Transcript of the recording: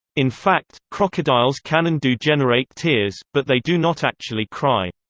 in fact, crocodiles can and do generate tears, but they do not actually cry.